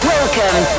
Welcome